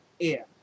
air